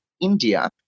India